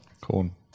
Corn